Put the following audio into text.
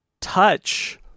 touch